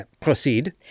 proceed